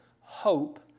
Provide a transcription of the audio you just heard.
hope